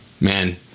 man